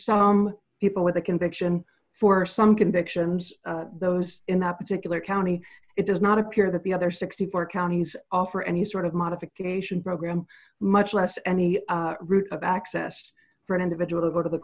some people with a conviction for some convictions those in that particular county it does not appear that the other sixty four dollars counties offer any sort of modification program much less any route of access for an individual or go to the